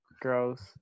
gross